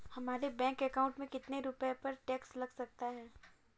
हमारे bank account में कितने रुपये पर टैक्स लग सकता है?